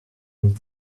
and